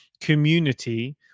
community